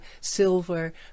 silver